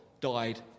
died